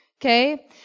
Okay